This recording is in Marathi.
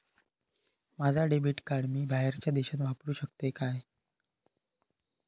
माझा डेबिट कार्ड मी बाहेरच्या देशात वापरू शकतय काय?